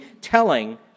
telling